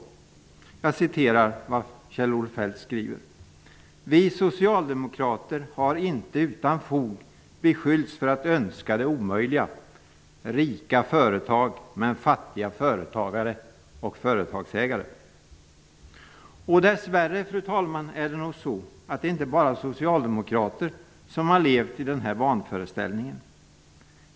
Så här skriver Kjell-Olof Feldt: ''Vi socialdemokrater har inte utan fog beskyllts för att önska det omöjliga: rika företag men fattiga företagare och företagsägare.'' Dess värre är det nog inte bara socialdemokrater som har levt i den här vanföreställningen.